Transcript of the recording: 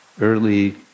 early